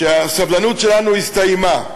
שהסבלנות שלנו הסתיימה,